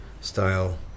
style